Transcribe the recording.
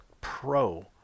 pro